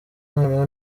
noneho